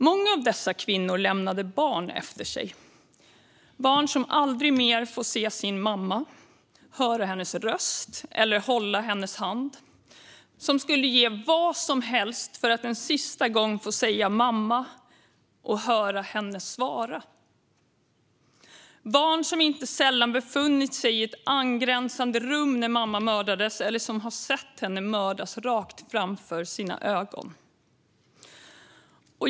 Många av dessa kvinnor lämnade barn efter sig, barn som aldrig mer får se sin mamma, höra hennes röst eller hålla hennes hand, barn som skulle ge vad som helst för att en sista gång få säga "mamma" och höra henne svara, barn som inte sällan befann sig i ett angränsande rum när mamma mördades eller såg henne mördas rakt framför sina ögon.